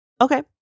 okay